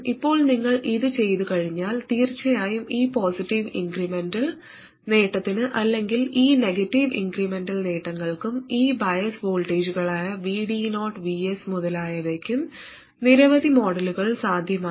ഇപ്പോൾ നിങ്ങൾ ഇത് ചെയ്തുകഴിഞ്ഞാൽ തീർച്ചയായും ഈ പോസിറ്റീവ് ഇൻക്രിമെന്റൽ നേട്ടത്തിന് അല്ലെങ്കിൽ ഈ നെഗറ്റീവ് ഇൻക്രിമെന്റൽ നേട്ടങ്ങൾക്കും ഈ ബയസ് വോൾട്ടേജുകളായ VD0 VS മുതലായവയ്ക്കും നിരവധി മോഡലുകൾ സാധ്യമാണ്